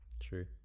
true